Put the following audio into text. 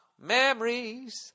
memories